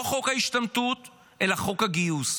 לא חוק השתמטות, אלא חוק גיוס.